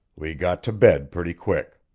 we got to bed pretty quick.